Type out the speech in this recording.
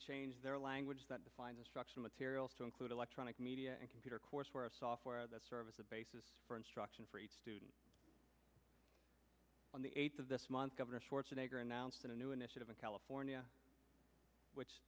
changed their language that defined the structure materials to include electronic media and computer course where software that service a basis for instruction for each student on the eighth of this month governor schwarzenegger announced a new initiative in california which